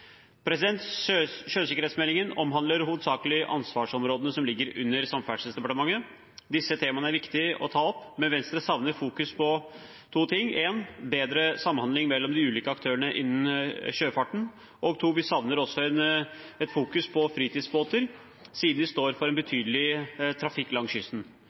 omhandler hovedsakelig ansvarsområdene som ligger under Samferdselsdepartementet. Disse temaene er det viktig å ta opp, men Venstre savner fokus på to ting: Vi savner bedre samhandling mellom de ulike aktørene innen sjøfarten, og vi savner også et fokus på fritidsbåter, siden de står for en betydelig trafikk langs kysten.